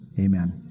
Amen